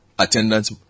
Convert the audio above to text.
attendance